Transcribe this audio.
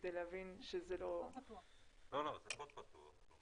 כדי להבין שזה לא --- זה קוד פתוח.